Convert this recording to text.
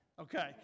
Okay